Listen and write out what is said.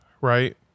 right